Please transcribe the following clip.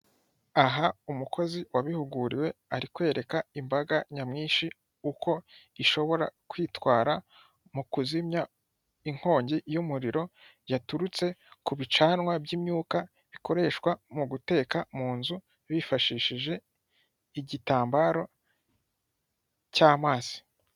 Aha umukozi wabihuguriwe ari kwereka imbaga nyamwinshi uko ishobora kwitwara mu kuzimya inkongi y'umuriro, yaturutse ku bicanwa by'imyuka bikoreshwa mu guteka mu nzu bifashishije igitambaro cy'amazi.